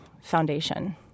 foundation